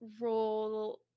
role